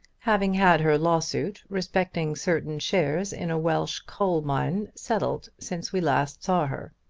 having had her lawsuit respecting certain shares in a welsh coal-mine settled since we last saw her.